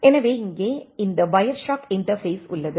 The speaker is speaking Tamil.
எனவே இங்கே இந்த வயர்ஷார்க் இன்டர்பேஸ் உள்ளது